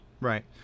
Right